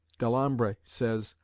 delambre says,